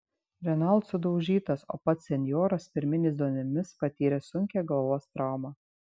renault sudaužytas o pats senjoras pirminiais duomenimis patyrė sunkią galvos traumą